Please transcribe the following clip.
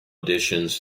editions